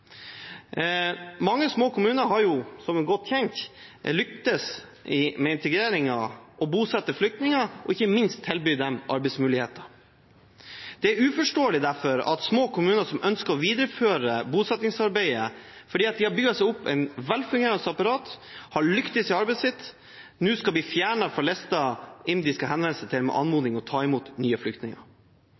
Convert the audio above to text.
Mange små kommuner har – noe som er godt kjent – lyktes med integreringen av bosatte flyktninger og ikke minst med å tilby dem arbeidsmuligheter. Det er derfor uforståelig at små kommuner som ønsker å videreføre bosettingsarbeidet fordi de har bygd opp et velfungerende apparat og har lyktes i arbeidet sitt, nå skal bli fjernet fra listen IMDi skal henvende seg til med anmodning om å ta imot nye flyktninger.